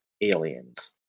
aliens